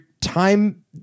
Time